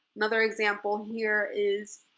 another example here is